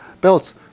belts